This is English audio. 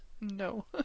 No